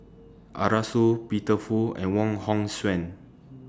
Arasu Peter Fu and Wong Hong Suen